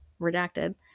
redacted